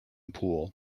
pool